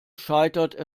scheitert